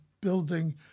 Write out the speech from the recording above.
building